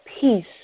peace